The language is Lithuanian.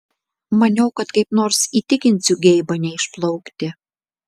maniau kad kaip nors įtikinsiu geibą neišplaukti